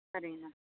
சரிங்கண்ணா